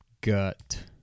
gut